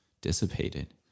dissipated